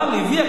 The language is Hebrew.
אבל היא הביאה,